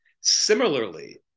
Similarly